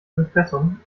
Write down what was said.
impressum